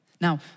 Now